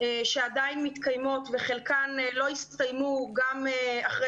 שעדיין מתקיימות וחלקן לא יסתיימו גם אחרי